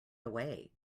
away